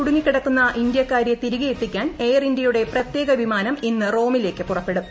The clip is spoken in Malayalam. ഇറ്റലിയിൽ കുടുങ്ങിക്കിടക്കുന്ന ഇന്ത്യക്കാരെ തിരികെയെത്തിക്കാൻ എയർ ഇന്ത്യയുടെ പ്രത്യേക വിമാനം ഇന്ന് റോമിലേക്ക് പുറപ്പെടും